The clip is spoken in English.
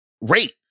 rate